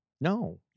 No